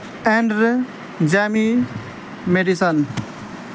اینرے Jamie medicine